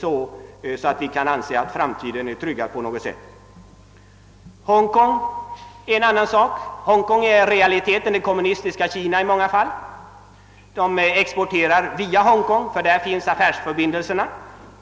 så att vi kan anse att framtiden på något sätt är tryggad. Hongkong är ett annat inslag i bilden. I realiteten är Hongkong i många fall det kommunistiska Kina. Kina exporterar via Honkong, ty där finns affärsförbindelserna.